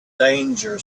danger